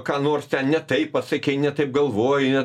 ką nors ten ne taip pasakei ne taip galvoji ne